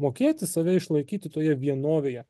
mokėti save išlaikyti toje vienovėje